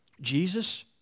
Jesus